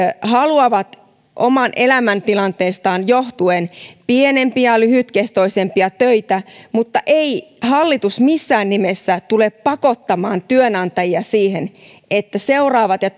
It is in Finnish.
haluavat omasta elämäntilanteestaan johtuen pienempiä lyhytkestoisempia töitä mutta ei hallitus missään nimessä tule pakottamaan työnantajia siihen että seuraavien ja